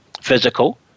physical